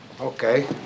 Okay